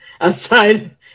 outside